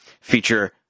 feature